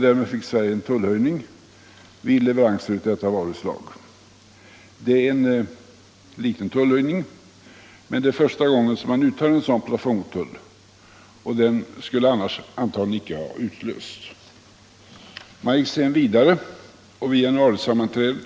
Därmed fick Sverige en tullhöjning vid leveranser av detta varuslag. Det är en liten tullhöjning, men det är första gången en sådan plafondtull uttas. Användandet av den skulle annars antagligen inte ha utlösts. Man gick sedan vidare, och vid ett generalsammanträde